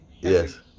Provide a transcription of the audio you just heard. Yes